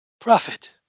Prophet